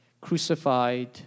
crucified